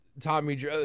Tommy